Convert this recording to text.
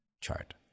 chart